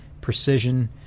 precision